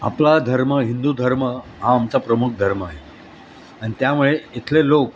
धर्म हिंदू धर्म हा आमचा प्रमुख धर्म आहे आणि त्यामुळे इथले लोक